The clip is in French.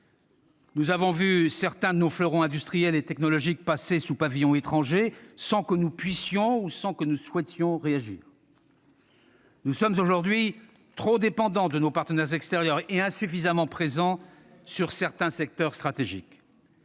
Nous avons vu certains de nos fleurons industriels et technologiques passer sous pavillon étranger sans que nous puissions, ou souhaitions, réagir. Nous sommes aujourd'hui trop dépendants de nos partenaires extérieurs et insuffisamment présents dans certains secteurs stratégiques.